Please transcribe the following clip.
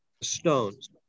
stones